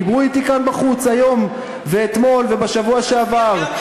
דיברו אתי כאן בחוץ היום ואתמול ובשבוע שעבר,